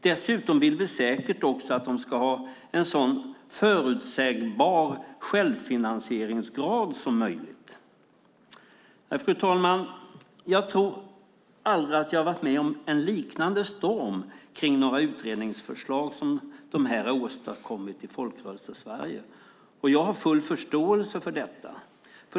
Dessutom vill vi säkert också att de ska ha en så förutsägbar självfinansieringsgrad som möjligt. Fru talman! Jag tror aldrig att jag har varit med om en liknande storm kring några utredningsförslag som de här har åstadkommit i Folkrörelsesverige. Jag har full förståelse för detta.